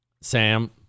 Sam